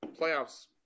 playoffs